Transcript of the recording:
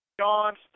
John